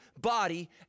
body